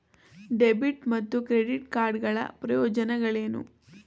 Debit ಮತ್ತು credit card ಗಳ ಪ್ರಯೋಜನಗಳೇನು?